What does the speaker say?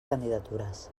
candidatures